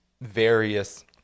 various